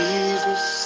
Jesus